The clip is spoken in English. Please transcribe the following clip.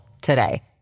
today